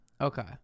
Okay